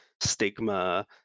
stigma